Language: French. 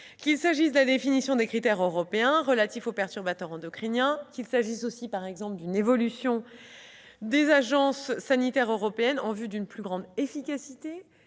qu'il s'agisse de la définition des critères européens relatifs aux perturbateurs endocriniens, d'une évolution des agences sanitaires européennes en vue d'une plus grande efficacité,